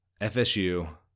FSU